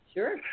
Sure